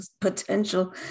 potential